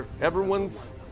everyone's